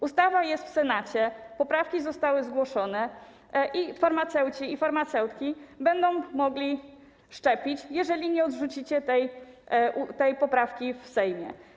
Ustawa jest w Senacie, poprawki zostały zgłoszone i farmaceuci oraz farmaceutki będą mogli szczepić, jeżeli nie odrzucicie tej poprawki w Sejmie.